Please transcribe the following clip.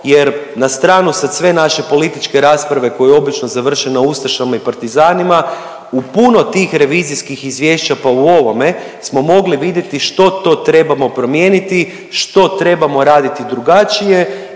jer na stranu sad sve naše političke rasprave koje obično završe na Ustašama i Partizanima, u puno tih revizijskih izvješća ko u ovome smo mogli vidjeti što to trebamo promijeniti, što trebamo raditi drugačije